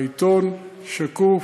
בעיתון, שקוף.